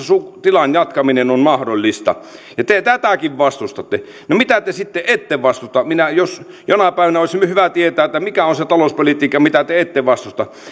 tilan jatkaminen on mahdollista ja te tätäkin vastustatte no mitä te sitten ette vastusta jonain päivänä olisi hyvä tietää että mikä on se talouspolitiikka mitä te ette vastusta